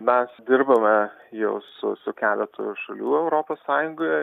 mes dirbame jau su su keletu šalių europos sąjungoje